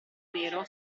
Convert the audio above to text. nero